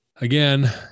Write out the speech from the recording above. again